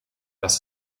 das